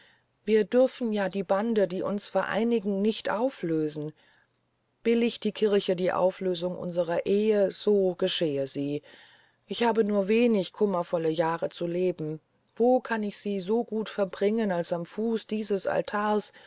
wir dürfen ja die bande die uns vereinigen nicht auflösen billigt die kirche die auflösung unsrer ehe so geschehe sie ich habe nur wenig kummervolle jahre zu leben wo kann ich sie so gut verbringen als am fuß dieses altars